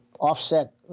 offset